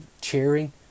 cheering